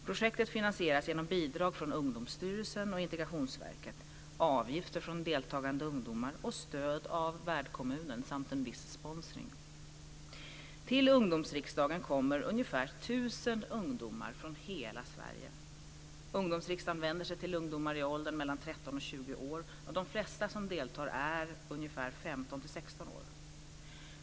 Projektet finansieras genom bidrag från Ungdomsstyrelsen och Integrationsverket, avgifter från deltagande ungdomar och stöd av värdkommunen samt en viss sponsring. Till Ungdomsriksdagen kommer ca 1 000 Ungdomsriksdagen vänder sig till ungdomar i åldern 13-20 år. De flesta deltagarna är i åldern 15-16 år.